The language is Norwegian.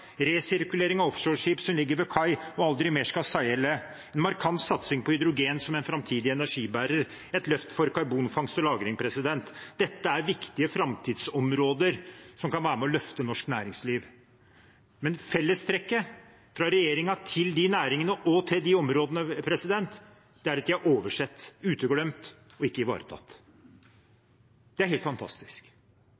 resirkulering av offshoreskip som ligger ved kai og aldri mer skal seile, en markant satsing på hydrogen som en framtidig energibærer, et løft for karbonfangst og -lagring. Dette er viktige framtidsområder som kan være med og løfte norsk næringsliv. Men fellestrekket fra regjeringen til de næringene og til de områdene er at de er oversett, uteglemt og ikke ivaretatt.